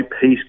peace